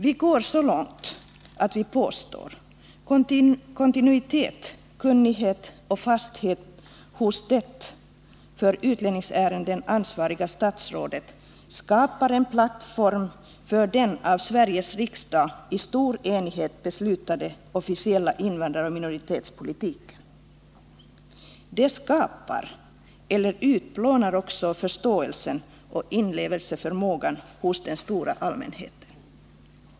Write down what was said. Vi går så långt att vi påstår att kontinuitet, kunnighet och fasthet hos det för utlänningsärenden ansvariga statsrådet skapar en plattform för den av Sveriges riksdag i stor enighet beslutade officiella invandraroch minoritetspolitiken. Det skapar eller utplånar också förståelsen och inlevelseförmågan hos den stora allmänheten.